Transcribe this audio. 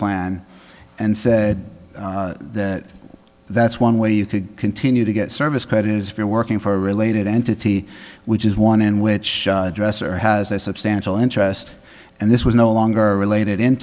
plan and said that that's one way you could continue to get service credit if you're working for a related entity which is one in which a dresser has a substantial interest and this was no longer related in